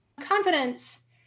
Confidence